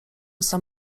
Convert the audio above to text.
sam